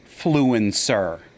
Fluencer